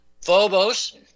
Phobos